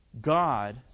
God